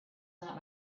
not